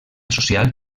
social